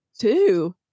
Two